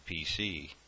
PC